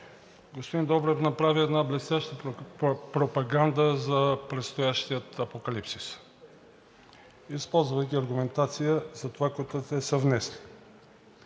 Господин Добрев направи една блестяща пропаганда за предстоящия апокалипсис, използвайки аргументация за това, което те са внесли.